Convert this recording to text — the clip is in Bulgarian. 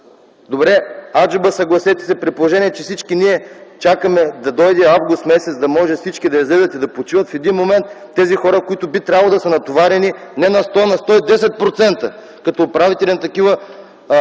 Добре, аджеба, съгласете се, че всички ние чакаме да дойде м. август, за да може всички да излязат и да почиват, в един момент тези хора, които би трябвало да са натоварени не на 100, на 110% като управители на такива